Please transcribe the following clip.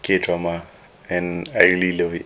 K drama and I really love it